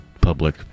public